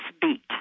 beat